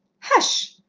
hush!